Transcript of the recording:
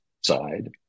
side